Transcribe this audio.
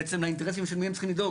בעצם לאינטרסים של מי הם צריכים לדאוג?